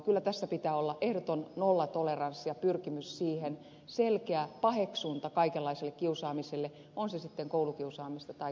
kyllä tässä pitää olla ehdoton nollatoleranssi ja pyrkimys siihen selkeä paheksunta kaikenlaiselle kiusaamiselle on se sitten koulukiusaamista tai työpaikkakiusaamista